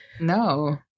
No